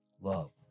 love